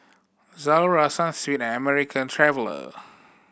Zalora Sunsweet and American Traveller